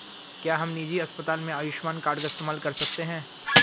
क्या हम निजी अस्पताल में आयुष्मान कार्ड का इस्तेमाल कर सकते हैं?